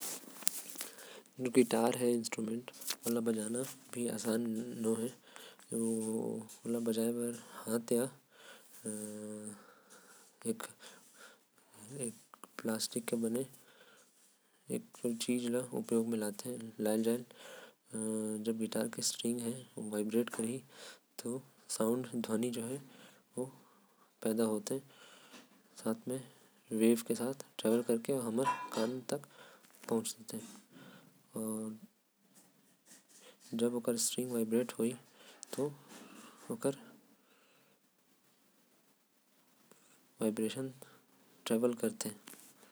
जो गिटार है ओला बजाना भी सरल नो हे। काबर की ऐला बजाय बर हाथ या स्टिंग के इस्तेमाल करत हैं। त जब ओकर से गिटार के स्टिंग वाइब्रेट करते त ध्वनि प्रज्वलित होएल। आऊ ओ वेव के सहारा म हमर कान तक जाते। वाइब्रेशन जो हे ओ ट्रैवल करेल।